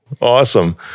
Awesome